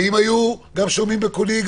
ואם היו שומעים בקולי,